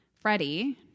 Freddie